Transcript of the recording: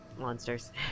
monsters